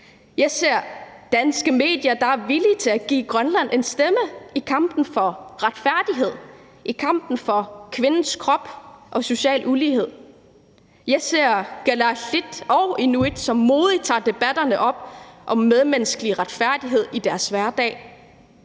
Jeg ser danske medier, der er villige til at give Grønland en stemme i kampen for retfærdighed og kampen for kvindens krop og social ulighed. Jeg ser kalaallit og inuit, som modigt tager debatterne op om medmenneskelig retfærdighed i deres hverdag.